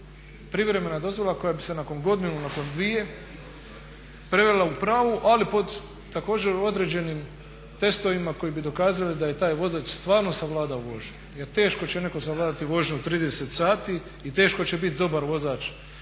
privremena dozvola koja bi se nakon godinu, nakon dvije prevela u pravu ali pod također određenim testovima koji bi dokazali da je taj vozač stvarno savladao vožnju. Jer teško će netko savladati vožnju u 30 sati i teško će bit dobar vozač